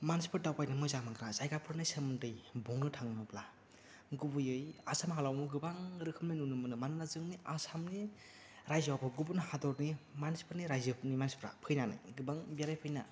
मानसिफोर दावबायनो मोजां मोनग्रा जायगाफोरनि सोमोन्दै बुंनो थाङोब्ला गुबैयै आसाम हालामाव गोबां रोखोमै नुनो मोनो मानोना जोंनि आसामनि रायजोआवबो गुबुन हादरनि मानसिफोरनि रायजोफोरनि मानसिफ्रा फैनानै गोबां बेरायफैना